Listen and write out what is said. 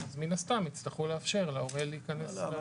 מן הסתם יצטרכו לאפשר להורה להיכנס.